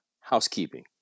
housekeeping